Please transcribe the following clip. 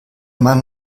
mann